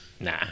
Nah